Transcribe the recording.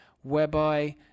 whereby